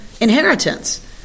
inheritance